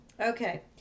Okay